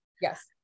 Yes